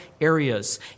areas